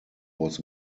was